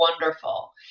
wonderful